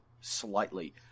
slightly